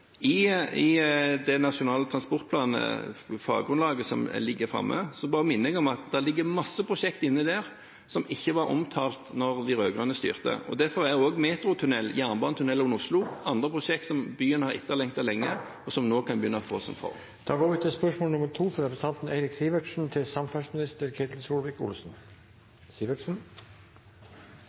faggrunnlaget til den Nasjonal transportplan som foreligger, minner jeg om at det ligger mange prosjekt der som ikke var omtalt da de rød-grønne styrte. Derfor ligger det også metrotunnel, jernbanetunnel under Oslo og andre prosjekt som byen har lengtet etter lenge, og som nå kan begynne å få sin form. Jeg tillater meg å stille følgende spørsmål